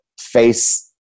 face